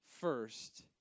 first